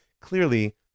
Clearly